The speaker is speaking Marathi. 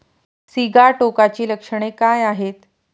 सिगाटोकाची लक्षणे काय आहेत?